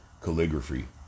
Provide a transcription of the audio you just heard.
calligraphy